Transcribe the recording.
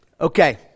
Okay